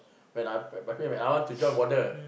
when I p~ I want to join warden